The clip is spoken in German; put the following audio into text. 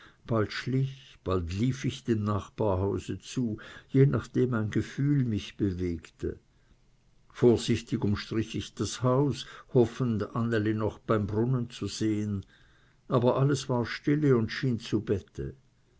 bald schlich bald lief ich dem nachbarhause zu je nachdem ein gefühl mich bewegte vorsichtig umstrich ich das haus hoffend anneli noch beim brunnen zu sehen aber alles war stille und schien zu bette